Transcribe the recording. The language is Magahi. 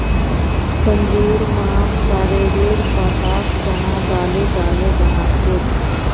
संजूर मां सॉरेलेर पत्ताक चना दाले डाले बना छेक